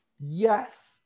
Yes